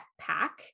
pack